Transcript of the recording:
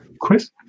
Chris